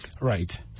Right